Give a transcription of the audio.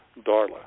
Darla